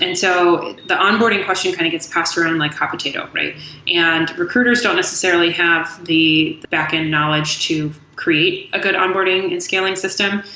and so the onboarding question kind of gets passed around like hot potato. and recruiters don't necessarily have the the backend knowledge to create a good onboarding and scaling system.